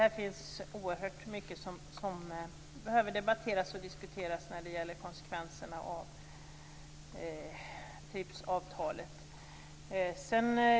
Det finns alltså oerhört mycket som behöver debatteras och diskuteras när det gäller konsekvenserna av TRIPS-avtalet.